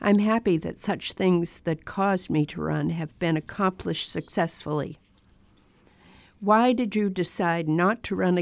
i'm happy that such things that cause me to run have been accomplished successfully why did you decide not to run